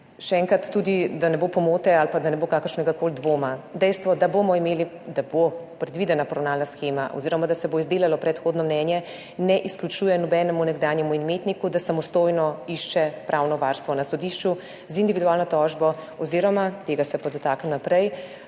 Še enkrat, da ne bo pomote ali pa da ne bo kakršnegakoli dvoma, dejstvo, da bomo imeli oziroma da bo predvidena poravnalna shema oziroma da se bo izdelalo predhodno mnenje, ne izključuje nobenemu nekdanjemu imetniku, da samostojno išče pravno varstvo na sodišču z individualno tožbo oziroma, tega se pa dotaknem naprej,